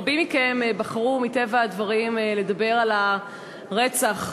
רבים מכם בחרו, מטבע הדברים, לדבר על הרצח הנורא,